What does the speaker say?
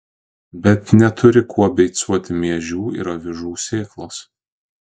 bet neturi kuo beicuoti miežių ir avižų sėklos